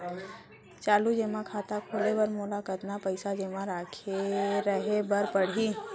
चालू जेमा खाता खोले बर मोला कतना पइसा जेमा रखे रहे बर पड़ही?